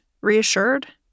reassured